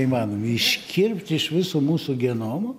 įmanomi iškirpt iš viso mūsų genomo